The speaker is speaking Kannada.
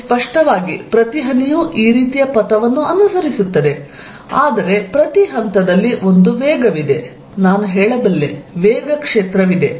ಇಲ್ಲಿ ಸ್ಪಷ್ಟವಾಗಿ ಪ್ರತಿ ಹನಿಯೂ ಈ ರೀತಿಯ ಪಥವನ್ನು ಅನುಸರಿಸುತ್ತದೆ ಆದರೆ ಪ್ರತಿ ಹಂತದಲ್ಲಿ ಒಂದು ವೇಗವಿದೆ ನಾನು ಹೇಳಬಲ್ಲೆ ವೇಗ ಕ್ಷೇತ್ರವಿದೆ